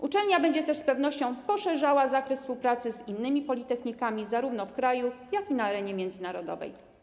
Uczelnia będzie też z pewnością poszerzała zakres współpracy z innymi politechnikami, zarówno w kraju, jak i na arenie międzynarodowej.